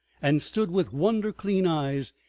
and stood with wonder-clean eyes,